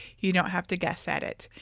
you don't have to guess at it.